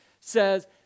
says